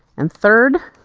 and third,